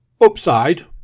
Upside